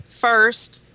first